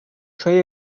köy